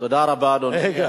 תודה רבה, אדוני.